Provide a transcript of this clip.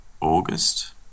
August